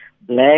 black